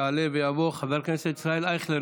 יעלה ויבוא חבר הכנסת ישראל אייכלר.